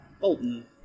Bolton